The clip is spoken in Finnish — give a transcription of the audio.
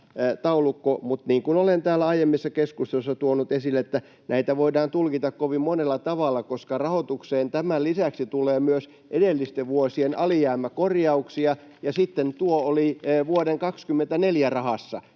mutta niin kuin olen täällä aiemmissa keskusteluissa tuonut esille, näitä voidaan tulkita kovin monella tavalla, koska rahoitukseen tämän lisäksi tulee myös edellisten vuosien alijäämäkorjauksia, ja sitten tuo oli vuoden 24 rahassa.